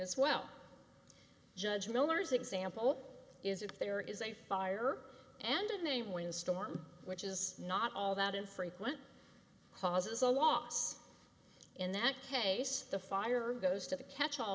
as well judge miller's example is if there is a fire and a name when a storm which is not all that is frequent causes a loss in that case the fire goes to catch all